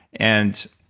and